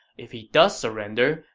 if he does surrender,